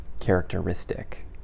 characteristic